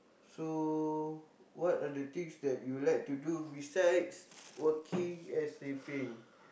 so what are the things that you like to do besides working and sleeping